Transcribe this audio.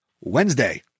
Wednesday